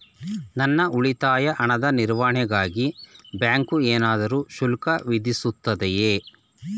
ನನ್ನ ಉಳಿತಾಯ ಹಣದ ನಿರ್ವಹಣೆಗಾಗಿ ಬ್ಯಾಂಕು ಏನಾದರೂ ಶುಲ್ಕ ವಿಧಿಸುತ್ತದೆಯೇ?